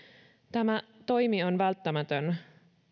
tämä toimi on välttämätön